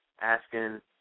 asking